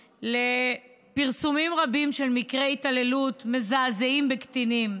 לפרסומים רבים של מקרי התעללות מזעזעים בקטינים.